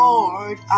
Lord